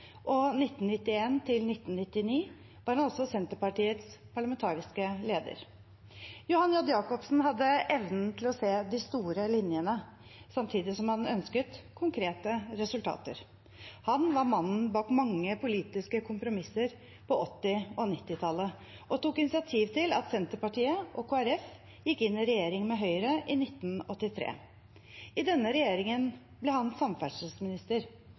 var han også Senterpartiets parlamentariske leder. Johan J. Jakobsen hadde evnen til å se de store linjene samtidig som han ønsket konkrete resultater. Han var mannen bak mange politiske kompromisser på 1980- og 1990-tallet og tok initiativ til at Senterpartiet og Kristelig Folkeparti gikk inn i regjering med Høyre i 1983. I denne regjeringen ble han samferdselsminister.